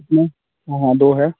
कितने हाँ हाँ दो है